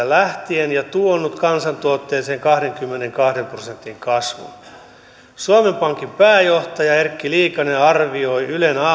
lähtien ja tuonut kansantuotteeseen kahdenkymmenenkahden prosentin kasvun suomen pankin pääjohtaja erkki liikanen arvioi ylen